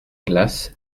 glace